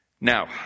Now